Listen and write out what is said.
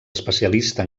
especialista